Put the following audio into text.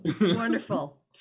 Wonderful